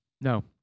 No